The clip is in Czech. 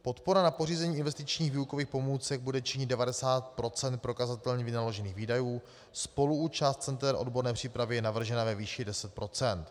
Podpora na pořízení investičních výukových pomůcek bude činit 90 % prokazatelně vynaložených výdajů, spoluúčast center odborné přípravy je navržena ve výši 10 %.